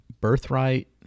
Birthright